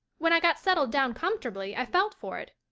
when i got settled down comfortably i felt for it.